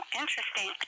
interesting